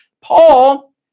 Paul